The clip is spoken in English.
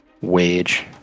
wage